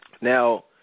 Now